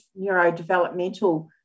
neurodevelopmental